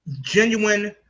genuine